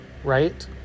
Right